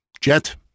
Jet